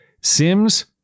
Sims